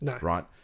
Right